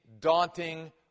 daunting